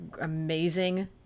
amazing